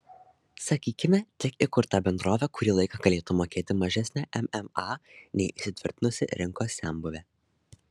sakykime tik įkurta bendrovė kurį laiką galėtų mokėti mažesnę mma nei įsitvirtinusi rinkos senbuvė